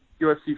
UFC